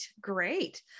Great